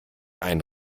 einen